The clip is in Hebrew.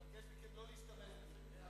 אני מבקש מכם לא להשתמש בזה.